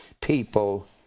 people